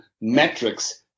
metrics